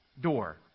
door